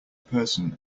person